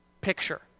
picture